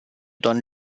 don